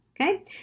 Okay